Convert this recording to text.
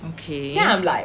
okay